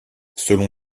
selon